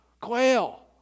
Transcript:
Quail